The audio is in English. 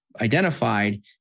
identified